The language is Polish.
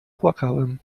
płakałem